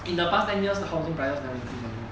in the past ten years the housing prices never gain anymore